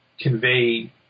convey